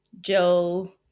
Joe